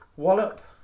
Wallop